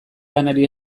lanari